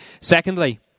Secondly